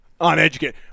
Uneducated